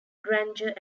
granger